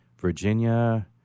Virginia